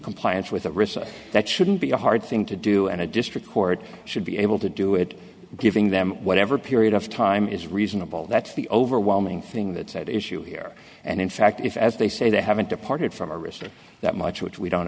compliance with a risk that shouldn't be a hard thing to do and a district court should be able to do it giving them whatever period of time is reasonable that's the overwhelming thing that's at issue here and in fact if as they say they haven't departed from a risk that much which we don't